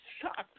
shocked